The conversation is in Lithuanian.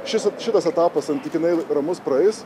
šis šitas etapas santykinai ramus praeis